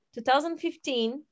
2015